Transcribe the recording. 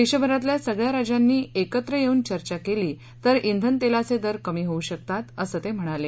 देशभरातल्या सगळ्या राज्यांनी एकत्र येऊन चर्चा केली तर इंधन तेलाचे दर कमी होऊ शकतात असं ते म्हणाले